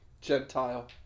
Gentile